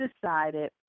decided